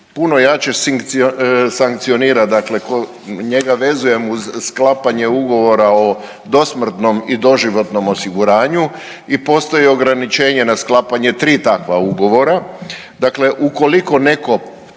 puno jače sankcionira dakle njega vezujem uz sklapanje ugovora o dosmrtnom i doživotnom osiguranju i postoji ograničenje na sklapanje 3 takva ugovora. Dakle, ukoliko netko